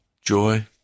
joy